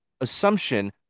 assumption